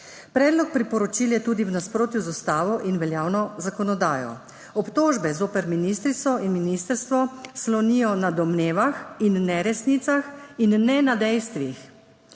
Predlog priporočil je tudi v nasprotju z Ustavo in veljavno zakonodajo. Obtožbe zoper ministrico in ministrstvo slonijo na domnevah in neresnicah in ne na dejstvih.